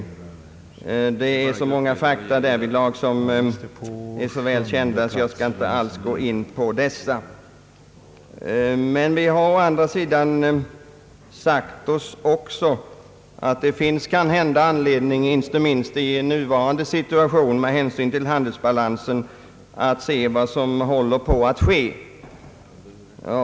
Det finns därvidlag så många fakta, som är så väl kända att jag inte skall gå in på dem, Men vi har också förmenat att det kanhända finns anledning, inte minst i nuvarande situation med hänsyn till handelsbalansen, att se på vad som håller på att ske.